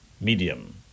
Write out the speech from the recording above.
medium